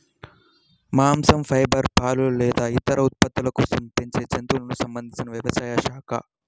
మాంసం, ఫైబర్, పాలు లేదా ఇతర ఉత్పత్తుల కోసం పెంచే జంతువులకు సంబంధించిన వ్యవసాయ శాఖ